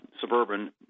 Suburban